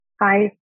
Hi